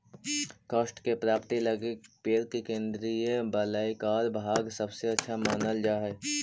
काष्ठ के प्राप्ति लगी पेड़ के केन्द्रीय वलयाकार भाग सबसे अच्छा मानल जा हई